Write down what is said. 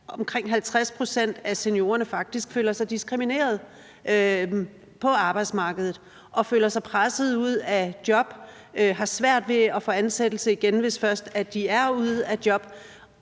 omkring 50 pct. af seniorerne faktisk føler sig diskrimineret på arbejdsmarkedet, føler sig presset ud af job og har svært ved at få ansættelse igen, hvis først de er ude af job.